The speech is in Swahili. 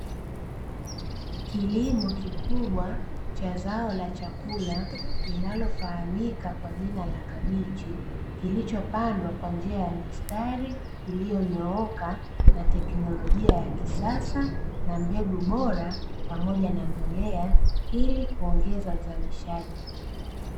Kilimo kikubwa cha zao la chakula linalofahamika kwa jina la kabichi, kilichopandwa kwa njia ya mistari iliyonyooka na teknolojia ya kisasa na mbegu bora pamoja na mbolea ili kuongeza uzalishaji.